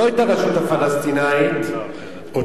לא את הרשות הפלסטינית, אותנו: